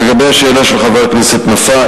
לגבי השאלה של חבר הכנסת נפאע,